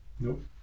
Nope